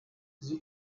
sie